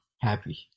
happy